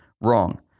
Wrong